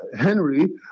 Henry